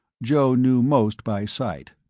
joe knew most by sight.